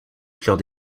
fleurs